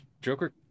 Joker